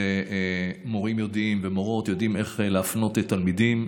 ומורים ומורות יודעים איך להפנות תלמידים.